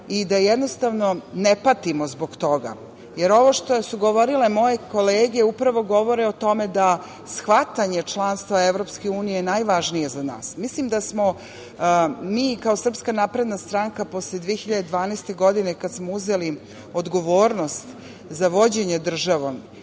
i da jednostavno ne patimo zbog toga. Jer, ovo što su govorile moje kolege upravo govore o tome da shvatanje članstva EU je najvažnije za nas. Mislim da smo mi kao SNS posle 2012. godine kada smo uzeli odgovornost za vođenje državom